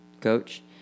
coach